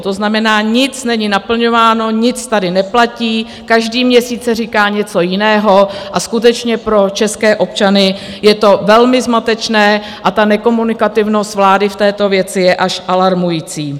To znamená, nic není naplňováno, nic tady neplatí, každý měsíc se říká něco jiného a skutečně pro české občany je to velmi zmatečné a ta nekomunikativnost vlády v této věci je až alarmující.